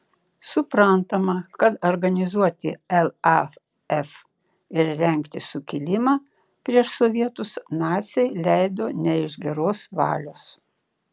suprantama kad organizuoti laf ir rengti sukilimą prieš sovietus naciai leido ne iš geros valios